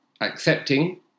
accepting